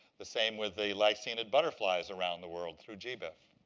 the same with the lycaenid butterflies around the world through gbif.